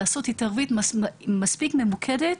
לעשות התערבות מספיק ממוקדת